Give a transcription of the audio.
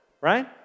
right